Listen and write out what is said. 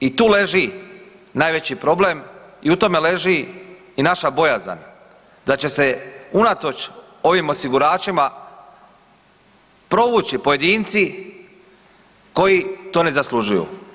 I tu leži najveći problem i u tome leži i naša bojazan da će se unatoč ovim osiguračima provući pojedinci koji to ne zaslužuju.